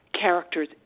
characters